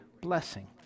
blessing